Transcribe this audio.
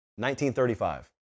1935